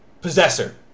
Possessor